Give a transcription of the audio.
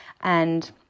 And-